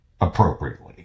appropriately